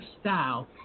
style